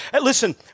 Listen